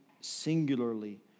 singularly